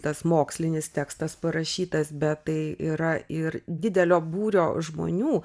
tas mokslinis tekstas parašytas bet tai yra ir didelio būrio žmonių